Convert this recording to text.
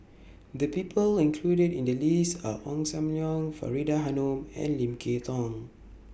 The People included in The list Are Ong SAM Leong Faridah Hanum and Lim Kay Tong